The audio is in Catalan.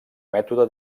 mètode